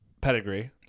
pedigree